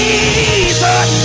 Jesus